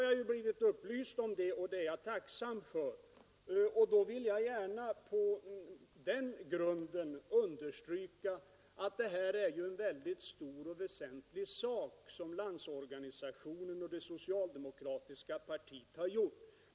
Jag är tacksam för att jag nu har blivit upplyst om det. Jag vill då understryka att det är en mycket viktig åtgärd som LO och socialdemokratiska partiet har vidtagit.